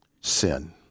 Sin